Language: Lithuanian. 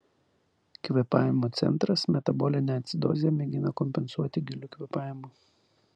kvėpavimo centras metabolinę acidozę mėgina kompensuoti giliu kvėpavimu